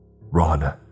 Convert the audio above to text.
Run